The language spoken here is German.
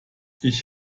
ich